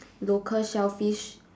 local shellfish